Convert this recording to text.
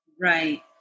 Right